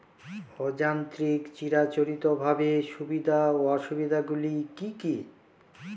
অযান্ত্রিক চিরাচরিতভাবে সুবিধা ও অসুবিধা গুলি কি কি?